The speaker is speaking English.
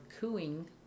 cooing